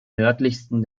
nördlichsten